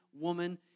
woman